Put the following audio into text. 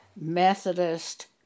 Methodist